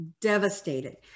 devastated